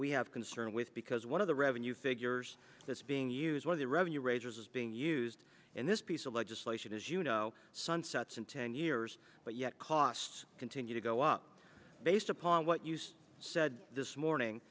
we have concern with because one of the revenue figures that's being used or the revenue raisers is being used in this piece of legislation as you know sunsets in ten years but yet costs continue to go up based upon what used said this morning